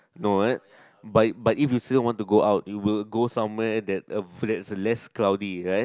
no that but but if you serious want to go out you will go somewhere that hopefully that's less cloudy right